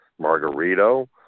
Margarito